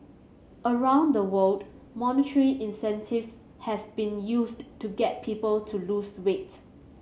around the world monetary incentives have been used to get people to lose weight